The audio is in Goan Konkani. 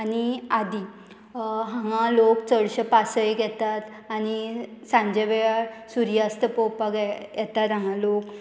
आनी आदी हांगा लोक चडशे पासयेक येतात आनी सांजे वेळार सुर्यास्त पोवपाक येतात हांगा लोक